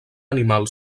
animal